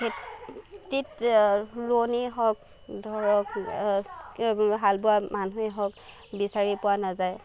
খেতিত ৰোৱনি হওঁক ধৰক হালবোৱা মানুহে হওঁক বিচাৰি পোৱা নাযায়